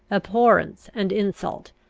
abhorrence, and insult,